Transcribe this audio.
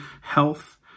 health